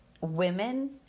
women